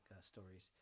stories